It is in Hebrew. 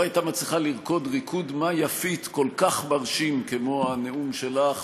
לא הייתה מצליחה לרקוד ריקוד "מה יפית" כל כך מרשים כמו הנאום שלך